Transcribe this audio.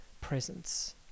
presence